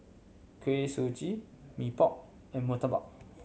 Kuih Suji Mee Pok and murtabak